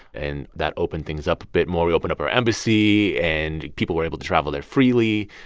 and that opened things up a bit more. we opened up our embassy, and people were able to travel there freely.